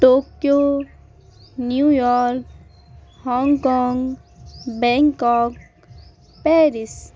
Tokyo New York Hong Kong Bangkok Paris